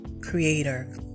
creator